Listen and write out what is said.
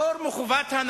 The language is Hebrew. מדובר על פטור מחובת הנחה,